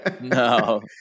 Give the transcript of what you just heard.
No